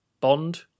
bond